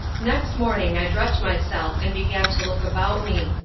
next morning i dressed myself and began to look about me.